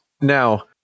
Now